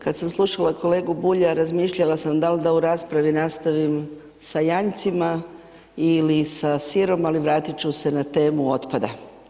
Kad sam slušala kolegu Bulja razmišljala sam dal da u raspravi nastavim sa janjcima ili sa sirom, ali vratiti ću se na temu otpada.